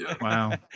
Wow